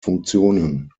funktionen